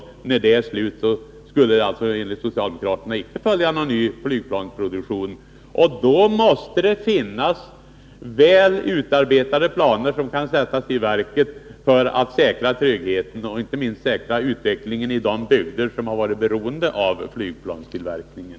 Enligt Roland Brännström och socialdemokraterna i övrigt skall det ju inte följa någon ny flygplansproduktion efter JAS — och då måste det finnas utarbetade planer, som kan sättas i verket för att säkra tryggheten och inte minst utvecklingen i de bygder som har varit beroende av flygplanstillverkningen.